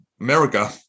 America